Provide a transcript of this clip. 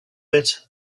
bit